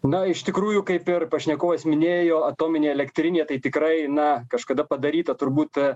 na iš tikrųjų kaip ir pašnekovas minėjo atominė elektrinė tai tikrai na kažkada padaryta turbūt